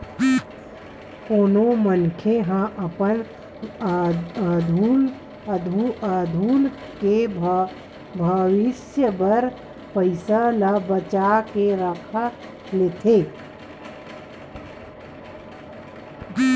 कोनो मनखे ह अपन आघू के भविस्य बर पइसा ल बचा के राख लेथे